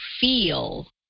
feel